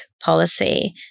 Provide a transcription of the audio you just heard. policy